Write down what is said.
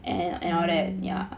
mm